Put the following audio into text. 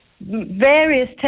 various